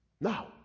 Now